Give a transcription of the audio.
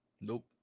Nope